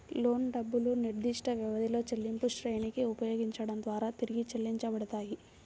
లోను డబ్బులు నిర్దిష్టవ్యవధిలో చెల్లింపులశ్రేణిని ఉపయోగించడం ద్వారా తిరిగి చెల్లించబడతాయి